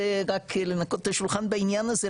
זה רק לנקות את השולחן בעניין הזה,